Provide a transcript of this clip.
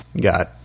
Got